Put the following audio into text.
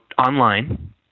online